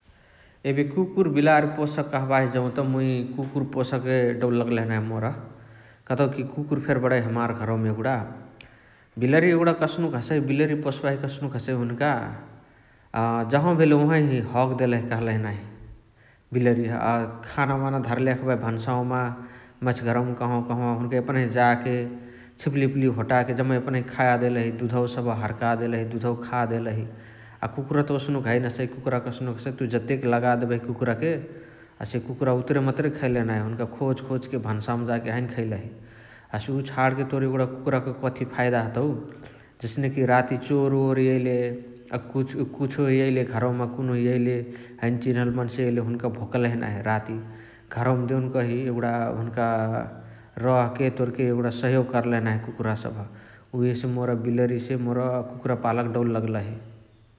एबे कुकुर बिलारी पोसके कहाँबाही जौत मुइ कुकुर पोसके डौल लगलही नाही मोर । कतउकी कुकुर फेरी बणइ हमार घरवा मा एगुणा । बिलरी एगुणा कसनुक हसइ बिलरी पोसबाही कसनुक हसइ हुनुका अ जहाँवा भेले वहवही हग देलही कहलही नाही बिलरिह । अ खाना वाना धर्ले हखबाही भन्सावमा, मझ्घरवमा कहाँवा हुनुका एपनही जाके छिपुलिया उपुली होटाके जम्मा एपनही खा देलही । दुधवा सबह हर्का देलहि, दुधवा खा देलही । अ कुकुरा त ओसनुक हैने हसइ । कुकुरा कस्नुक हसइ तुइ जतेक लगा देबही कुरुराके हसे कुकुरा उतुरे मतुरे खैलही नाही । हुनुका खोज खोज भन्सावमा जाके हैने खैलही । हसे उ छाणके तोर एगुणा कुकुराक कथी फाइदा हतउ हसनेकी राती चोर ओर एइले अ कुछो एइले घरवमा कुनुहु एइले हैन चिनहल मन्से एइले हुनुका भोकलही नाही राती । घरवमा देउनकही एगुणा हुन्का रहके तोरके एगुणा सहयोग करलही नाही कुकुरा सबह । उहेसे मोर बिलरिसे मोर कुकुरा पालके डौल लगलही ।